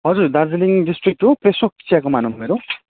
हजुर दार्जिलिङ डिस्ट्रिक्ट हो पेशोक चियो कमान हो मेरो